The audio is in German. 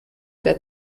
der